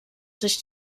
sich